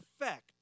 effect